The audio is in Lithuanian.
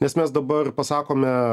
nes mes dabar pasakome